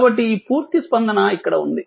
కాబట్టి ఈ పూర్తి స్పందన ఇక్కడ ఉంది